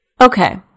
Okay